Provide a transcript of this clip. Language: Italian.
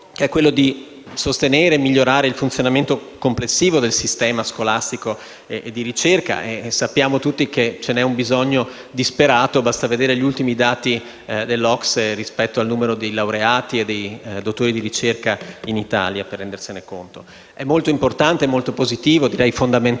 che è quello di sostenere e migliorare il funzionamento complessivo del sistema scolastico e di ricerca. Sappiamo tutti che ce n'é un bisogno disperato; basta vedere il dato dell'OCSE rispetto al numero dei laureati e dei dottori di ricerca in Italia per rendersene conto. È molto importante, positivo e fondamentale